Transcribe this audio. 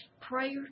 prayer